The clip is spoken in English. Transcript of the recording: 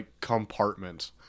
compartment